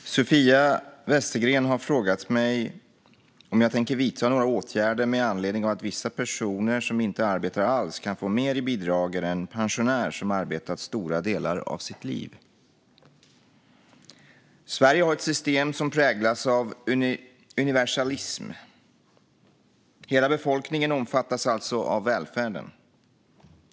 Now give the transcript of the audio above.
Fru talman! Sofia Westergren har frågat mig om jag tänker vidta några åtgärder med anledning av att vissa personer som inte arbetar alls kan få mer i bidrag än en pensionär som har arbetat stora delar av sitt liv. Sverige har ett system som präglas av universalism. Hela befolkningen omfattas alltså av välfärden.